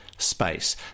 Space